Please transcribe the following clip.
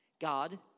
God